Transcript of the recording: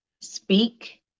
speak